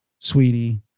sweetie